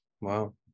Wow